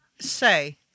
say